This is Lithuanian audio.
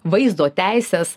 vaizdo teises